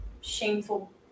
shameful